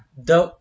the